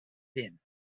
din